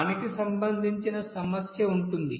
దానికి సంబంధించిన సమస్య ఉంటుంది